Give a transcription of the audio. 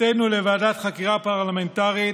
לוועדת חקירה פרלמנטרית,